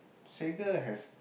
Sekar has